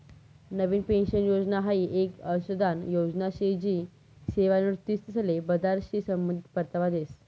नवीन pension योजना हाई येक अंशदान योजना शे जी सेवानिवृत्तीसले बजारशी संबंधित परतावा देस